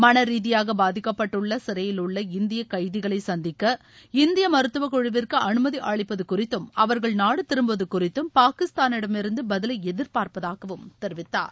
மன ரீதியாக பாதிக்கப்பட்டுள்ள சிறையிலுள்ள இந்திய கைதிகளை சந்திக்க இந்திய மருத்துவ குழுவிற்கு அனுமதி அளிப்பது குறித்தும் அவர்கள் நாடு திருப்புவது குறித்தும் பாகிஸ்தானிடமிருந்து பதிலை எதிர்பார்ப்பதாகவும் தெரிவித்தார்